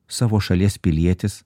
savo šalies pilietis